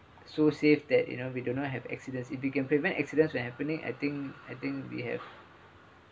so safe that you know we do not have accidents if we can prevent accidents when happening I think I think we have